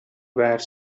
were